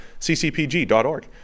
ccpg.org